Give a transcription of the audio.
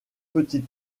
petites